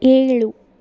ಏಳು